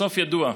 הסוף ידוע.